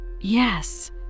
Yes